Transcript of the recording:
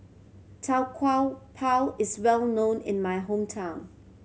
Tau Kwa Pau is well known in my hometown